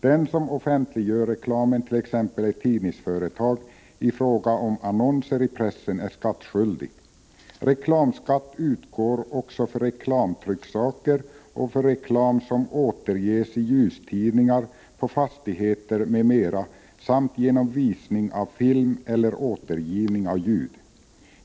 Den som offentliggör reklamen, t.ex. ett tidningsföretag i fråga om annonser i pressen, är skattskyldig. Reklamskatt utgår också för reklamtrycksaker och för reklam som återges i ljustidningar, på fastigheter m.m. samt genom visning av film eller återgivning av ljud.